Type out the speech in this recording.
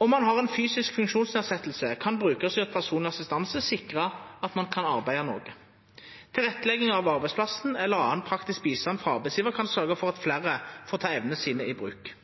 Om ein har ei fysisk funksjonsnedsetjing, kan brukarstyrt personleg assistanse sikra at ein kan arbeida noko. Tilrettelegging av arbeidsplassen eller annan praktisk bistand frå arbeidsgjevar kan sørgja for at fleire får ta evnene sine i bruk.